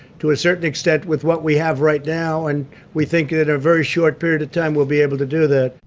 to a certain extent, with what we have right now and we think, in a very short period of time, we'll be able to do that.